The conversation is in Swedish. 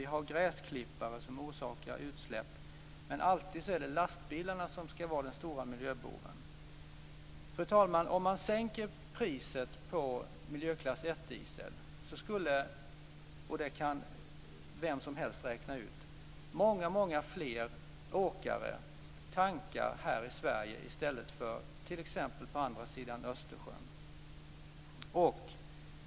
Vi har gräsklippare som orsakar utsläpp. Men det är alltid lastbilarna som är den stora miljöboven. Fru talman! Om man sänker priset på miljöklass 1-diesel skulle - och det kan vem som helst räkna ut - många fler åkare tanka här i Sverige i stället för t.ex. på andra sidan Östersjön.